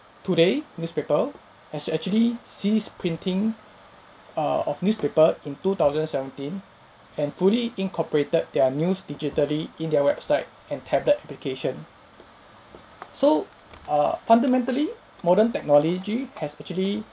today newspaper has actually ceased printing err of newspaper in two thousand seventeen and fully incorporated their news digitally in their website and tablet application so err fundamentally modern technology has actually